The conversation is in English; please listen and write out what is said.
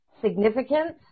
significance